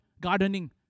gardening